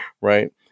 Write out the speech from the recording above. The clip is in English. Right